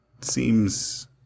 seems